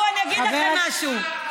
ובואו אני אגיד לכם משהו,